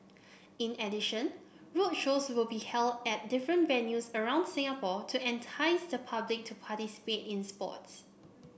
in addition roadshows will be held at different venues around Singapore to entice the public to participate in sports